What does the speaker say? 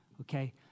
okay